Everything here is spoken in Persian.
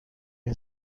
این